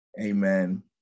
Amen